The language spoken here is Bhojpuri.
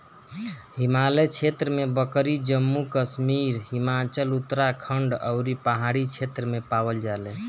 हिमालय क्षेत्र में बकरी जम्मू कश्मीर, हिमाचल, उत्तराखंड अउरी पहाड़ी क्षेत्र में पावल जाले